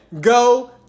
Go